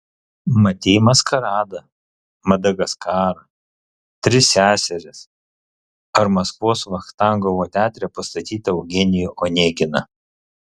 matei maskaradą madagaskarą tris seseris ar maskvos vachtangovo teatre pastatytą eugenijų oneginą